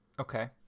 Okay